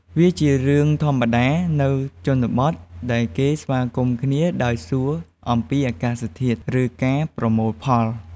វាជារឿងធម្មតា នៅជនបទ ដែលគេស្វាគមន៍គ្នាដោយសួរអំពីអាកាសធាតុ ឬការប្រមូលផល។